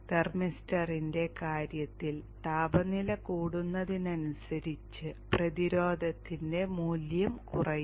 തെർമിസ്റ്ററിന്റെ കാര്യത്തിൽ താപനില കൂടുന്നതിനനുസരിച്ച് പ്രതിരോധത്തിന്റെ മൂല്യം കുറയും